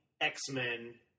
X-Men